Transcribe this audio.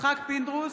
יצחק פינדרוס,